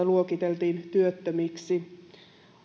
luokiteltiin työttömiksi